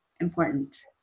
important